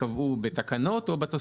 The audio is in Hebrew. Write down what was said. קודם הייתה חובה לקבוע בתקנות על ידי